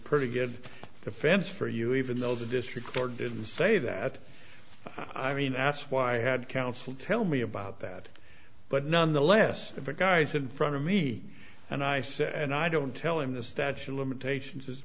pretty good defense for you even though the district court didn't say that i mean that's why i had counsel tell me about that but none the less if it guys in front of me and i said and i don't tell him the statue of limitations